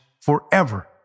forever